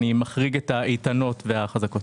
אני מחריג את האיתנות והחזקות.